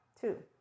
Two